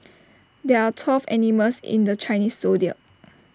there are twelve animals in the Chinese Zodiac